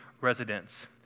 residents